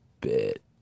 bit